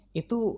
itu